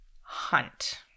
hunt